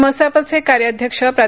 मसापचे कार्याध्यक्ष प्रा